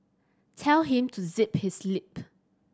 tell him to zip his lip